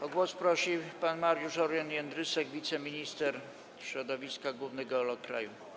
O głos prosi pan Mariusz Orion Jędrysek, wiceminister środowiska, główny geolog kraju.